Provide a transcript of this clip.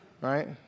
right